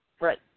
Right